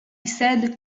said